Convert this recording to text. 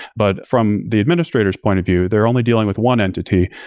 but from the administrator's point of view, they're only dealing with one entity.